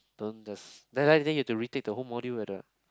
don't the then like that you have to retake the whole module whether